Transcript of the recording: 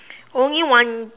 only one